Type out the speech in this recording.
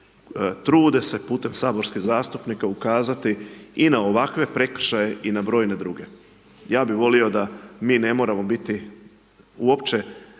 trude se putem saborskih zastupnika ukazati i na ovakve prekršaje i na brojne druge. Ja bi volio da mi ne moramo biti uopće